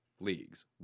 leagues